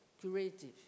curative